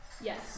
Yes